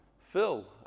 Phil